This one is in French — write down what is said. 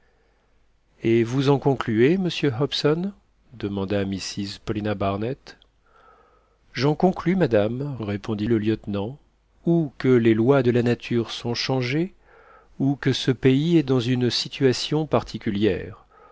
et vous en concluez monsieur hobson demanda mrs paulina barnett j'en conclus madame répondit le lieutenant ou que les lois de la nature sont changées ou que ce pays est dans une situation particulière